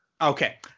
Okay